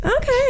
Okay